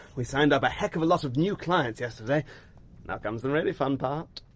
we signed up a heck of a lot of new clients yesterday now comes the really fun part.